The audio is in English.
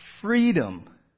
freedom